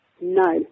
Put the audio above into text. no